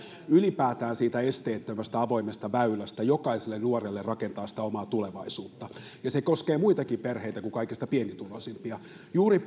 ylipäätään esteettömästä avoimesta väylästä jokaiselle nuorelle rakentaa omaa tulevaisuuttaan ja se koskee muitakin perheitä kuin kaikista pienituloisimpia juuri